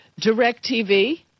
DirecTV